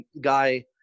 guy